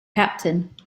captain